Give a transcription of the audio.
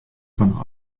fan